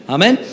Amen